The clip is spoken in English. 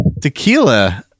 tequila